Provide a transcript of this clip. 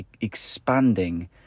expanding